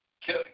kill